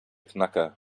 knacker